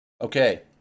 Okay